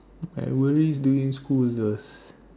I will during the school this